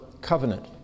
covenant